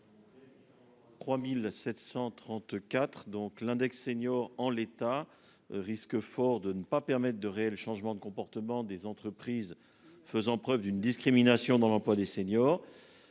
3734. Donc l'index senior en l'état, risque fort de ne pas permettent de réels changements de comportement des entreprises faisant preuve d'une discrimination dans l'emploi des seniors.